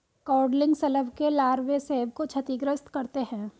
codling शलभ के लार्वे सेब को क्षतिग्रस्त करते है